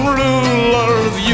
rulers